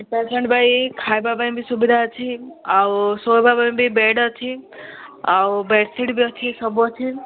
patient ପାଇଁ ଖାଇବା ପାଇଁ ବି ସୁବିଧା ଅଛି ଆଉ ଶୋଇବା ପାଇଁ ବେଡ଼୍ ଅଛି ଆଉ ବେଡ଼ସିଟ୍ ବି ଅଛି ସବୁ ଅଛି